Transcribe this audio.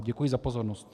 Děkuji za pozornost.